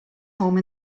home